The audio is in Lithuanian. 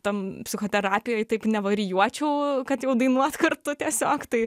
tam psichoterapijoj taip nevarijuočiau kad jau dainuot kartu tiesiog tai